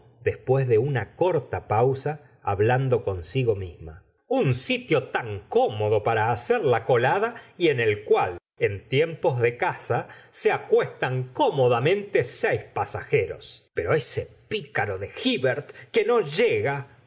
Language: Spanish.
después de una corta pausa hablando consigo misma un sitio tan cómodo para hacer la colada y en el cual en tiempo de caza se acuestan cómodamente seis pasajeros pero ese pícaro de hivert que no llega